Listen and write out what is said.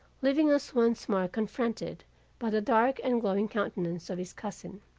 leaving us once more confronted by the dark and glowing countenance of his cousin.